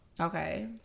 okay